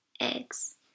eggs